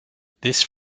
this